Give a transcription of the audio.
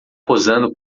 posando